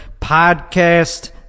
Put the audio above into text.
podcast